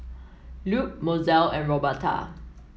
Lupe Mozell and Roberta